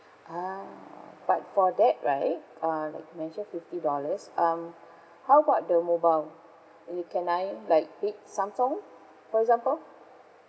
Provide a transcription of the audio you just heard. ah but for that right uh like you mentioned fifty dollars um how about the mobile the can I like pick samsung for example